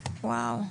וואו.